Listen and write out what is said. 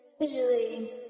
visually